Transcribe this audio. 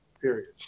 Period